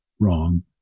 wrong